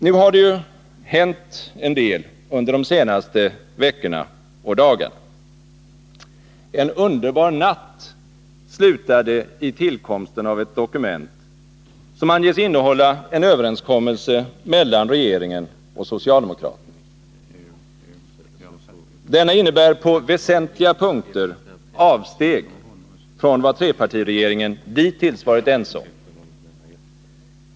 Nu har det ju hänt en del under de senaste veckorna och dagarna. ”En underbar natt” slutade i tillkomsten av ett dokument, som anges innehålla en överenskommelse mellan regeringen och socialdemokraterna. Denna innebär på väsentliga punkter avsteg från vad trepartiregeringen dittills varit ense om.